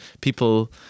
people